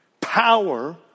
power